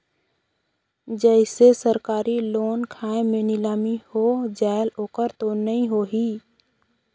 जैसे सरकारी लोन खाय मे नीलामी हो जायेल ओकर तो नइ होही?